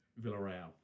Villarreal